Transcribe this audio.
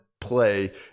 play